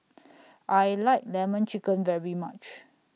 I like Lemon Chicken very much